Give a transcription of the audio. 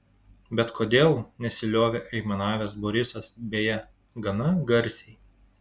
bet kodėl nesiliovė aimanavęs borisas beje gana garsiai